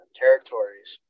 territories